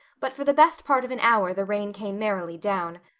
but for the best part of an hour the rain came merrily down.